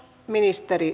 kiitos